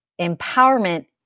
empowerment